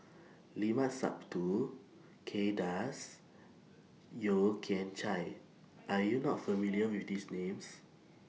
Limat Sabtu Kay Das Yeo Kian Chye Are YOU not familiar with These Names